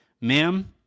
ma'am